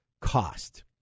cost